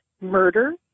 murder